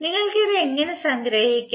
നിങ്ങൾക്ക് ഇത് എങ്ങനെ സംഗ്രഹിക്കാം